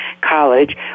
college